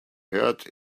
heart